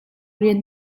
rian